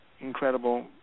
incredible